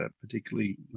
particularly